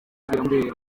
biramubera